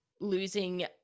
losing